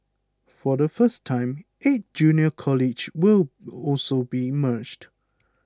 for the first time eight junior colleges will also be merged